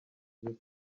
feel